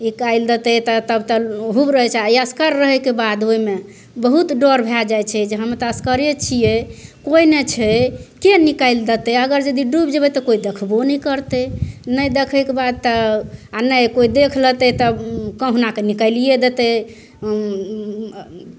निकालि देतै तब तब तऽ हुब रहै छै या असगर रहैके बाद ओहिमे बहुत डर भए जाइ छै जे हम तऽ असगरे छिए कोइ नहि छै के निकालि देतै अगर यदि डुबि जएबै तऽ कोइ देखबो नहि करतै नहि देखैके बाद तऽ आओर नहि कोइ देखि लेतै तब कहुनाके निकालिए देतै